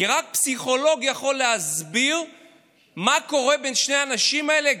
כי רק פסיכולוג יכול להסביר מה קורה בין שני האנשים האלה,